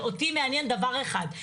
אותי מעניין דבר אחד,